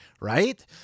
Right